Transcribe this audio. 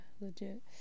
legit